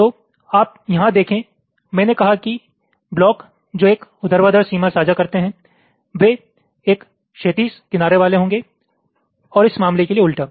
तो आप यहां देखें मैंने कहा कि ब्लॉक जो एक ऊर्ध्वाधर सीमा साझा करते हैं वे एक क्षैतिज किनारे वाले होंगे और इस मामले के लिए उल्टा